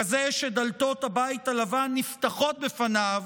כזה שדלתות הבית הלבן נפתחות בפניו,